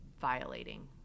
violating